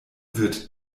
wird